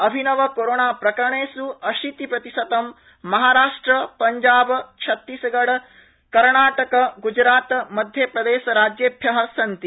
अभिनवकोरोणाप्रकरेणेष् अशीतिप्रतिशतं महाराष्ट्र पंजाब छत्तीसगढ़ कर्नाटक ग्जरात मध्यप्रदेश राज्येभ्यः सन्ति